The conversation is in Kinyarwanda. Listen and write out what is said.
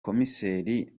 komiseri